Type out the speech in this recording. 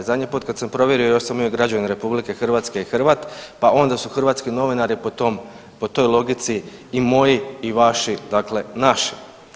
Zadnji put kad sam provjerio, još sam bio građanin RH i Hrvat, pa onda su hrvatski novinari po toj logici i moji i vaši, dakle naši.